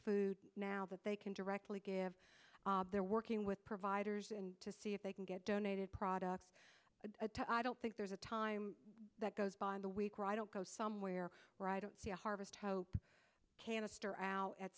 food now that they can directly give their working with providers and to see if they can get donated product to i don't think there's a time that goes by the week why don't go somewhere where i don't see harvest hope canister out at